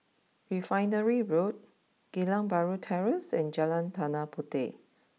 Refinery Road Geylang Bahru Terrace and Jalan Tanah Puteh